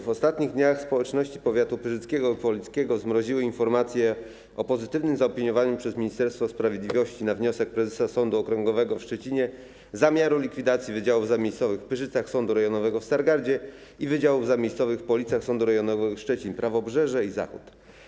W ostatnich dniach społeczności powiatów pyrzyckiego i polickiego zmroziły informacje o pozytywnym zaopiniowaniu przez Ministerstwo Sprawiedliwości na wniosek prezesa Sądu Okręgowego w Szczecinie zamiaru likwidacji wydziałów zamiejscowych w Pyrzycach Sądu Rejonowego w Stargardzie i wydziałów zamiejscowych w Policach Sądu Rejonowego Szczecin-Prawobrzeże i Zachód.